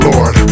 Lord